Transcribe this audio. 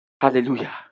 Hallelujah